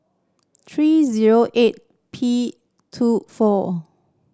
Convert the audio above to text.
three zero eight P two four